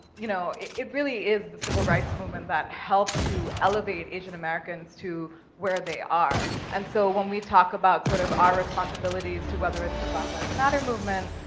you know, it really is the civil rights movement that helped to elevate asian americans to where they are, and so when we talk about sort of our responsibilities to whether it's the black lives matter movement,